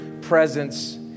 presence